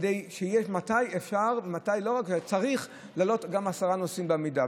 מתי אפשר ומתי לא רק אפשר אלא גם צריך להעלות עשרה נוסעים בעמידה.